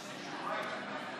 כשלא היית כאן,